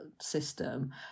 system